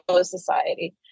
Society